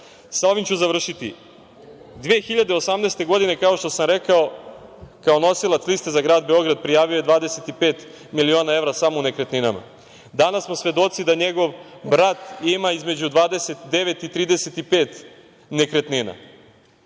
ću završiti – 2018 godine, kao što sam rekao, kao nosilac liste za grad Beograd prijavio je 25 miliona evra samo u nekretninama. Danas smo svedoci da njegov brat ima između 29 i 35 nekretnina.